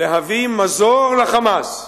להביא מזור ל"חמאס"